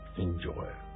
enjoy